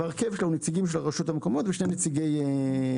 ההרכב שלה הוא נציגים של הרשויות המקומיות ושני נציגי ממשלה.